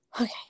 Okay